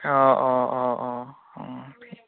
অঁ অঁ অঁ অঁ